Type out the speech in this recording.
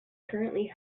currently